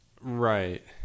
Right